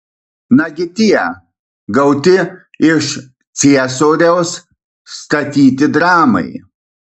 nagi tie gauti iš ciesoriaus statyti dramai